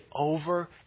over